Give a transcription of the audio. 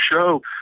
show